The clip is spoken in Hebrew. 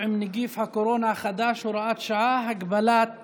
עם נגיף הקורונה החדש (הוראת שעה) (הגבלת